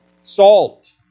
Salt